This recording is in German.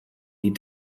die